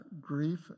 grief